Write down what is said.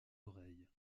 oreilles